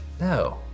No